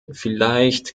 vielleicht